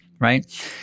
right